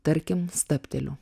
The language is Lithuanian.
tarkim stabteliu